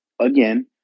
again